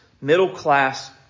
middle-class